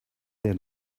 their